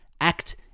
act